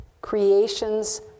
creation's